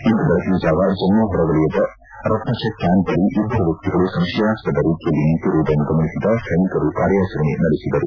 ಇಂದು ಬೆಳಗಿನ ಜಾವ ಜಮ್ನು ಹೊರವಲಯದ ರತ್ನುಚೆಕ್ ಕ್ಯಾಂಪ್ ಬಳಿ ಇಬ್ಬರು ವ್ಯಕ್ತಿಗಳು ಸಂಶಯಾಸ್ವದ ರೀತಿಯಲ್ಲಿ ನಿಂತಿರುವುದನ್ನು ಗಮನಿಸಿದ ಸೈನಿಕರು ಕಾರ್ಯಾಚರಣೆ ನಡೆಸಿದರು